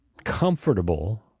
Comfortable